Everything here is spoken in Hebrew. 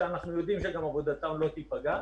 שאנחנו יודעים גם שעבודתם לא תיפגע,